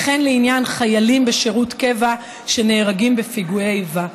וכן לעניין חיילים בשירות קבע שנהרגים בפיגועי איבה.